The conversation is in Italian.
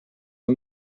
che